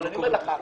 אבל אני אומר לך,